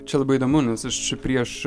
čia labai įdomu nes aš čia prieš